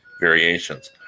variations